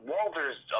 Walter's